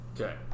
Okay